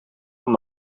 van